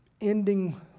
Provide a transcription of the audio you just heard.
ending